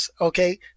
okay